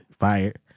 fired